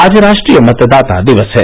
आज राष्ट्रीय मतदाता दिवस है